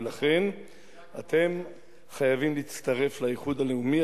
ולכן אתם חייבים להצטרף לאיחוד הלאומי.